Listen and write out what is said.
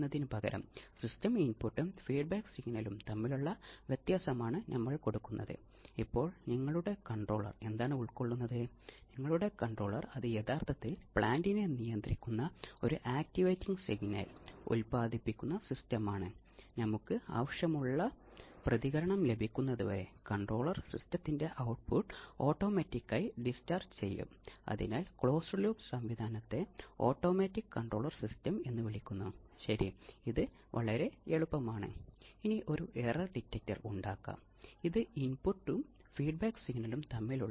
അതിനാൽ ആവൃത്തിയെ അടിസ്ഥാനമാക്കി അത് കുറഞ്ഞ ഫ്രീക്വൻസി ഓസിലേറ്ററാണെങ്കിൽ സാധാരണയായി അത് ആർസി ഓസിലേറ്ററുകളായിരിക്കും ഉയർന്ന ഫ്രീക്വൻസി ഓസിലേറ്ററുകളാണെങ്കിൽ അത് എൽസി ഓസിലേറ്ററുകളായിരിക്കും